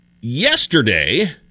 Yesterday